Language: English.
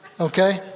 Okay